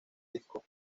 disco